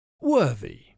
Worthy